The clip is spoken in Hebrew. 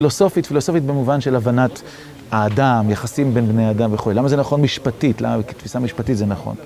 פילוסופית, פילוסופית במובן של הבנת האדם, יחסים בין בני האדם וכו', למה זה נכון משפטית, למה כתפיסה משפטית זה נכון?